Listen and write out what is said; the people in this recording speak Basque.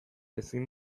ezin